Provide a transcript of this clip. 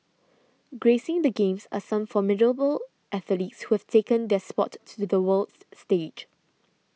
gracing the Games are some formidable athletes who have taken their sport to the world stage